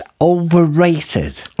overrated